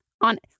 on